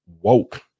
woke